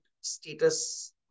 status